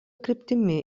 kryptimi